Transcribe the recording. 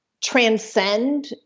transcend